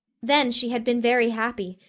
then she had been very happy,